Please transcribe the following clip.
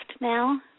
now